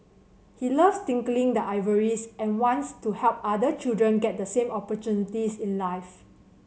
he loves tinkling the ivories and wants to help other children get the same opportunities in life